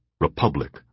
republic